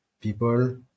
people